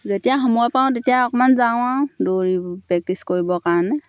যেতিয়া সময় পাওঁ তেতিয়া অকণমান যাওঁ আৰু দৌৰি প্ৰেক্টিছ কৰিবৰ কাৰণে